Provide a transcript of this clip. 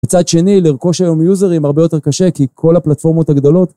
מצד שני לרכוש היום יוזרים הרבה יותר קשה. כי כל הפלטפורמות הגדולות